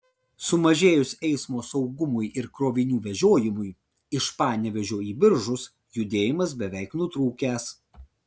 sumažėjus eismo saugumui ir krovinių vežiojimui iš panevėžio į biržus judėjimas beveik nutrūkęs